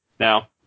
Now